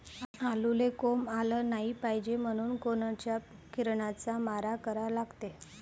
आलूले कोंब आलं नाई पायजे म्हनून कोनच्या किरनाचा मारा करा लागते?